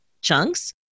chunks